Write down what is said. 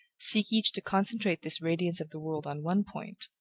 seek each to concentrate this radiance of the world on one point,